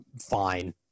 fine